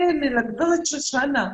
כן, אל הגב' שושנה,